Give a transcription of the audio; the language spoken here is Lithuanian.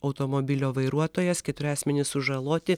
automobilio vairuotojas keturi asmenys sužaloti